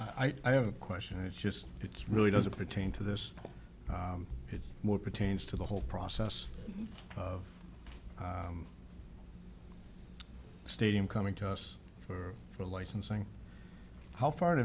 i have a question and it's just it's really doesn't pertain to this it's more pertains to the whole process of stadium coming to us for licensing how far